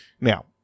Now